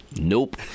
nope